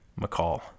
McCall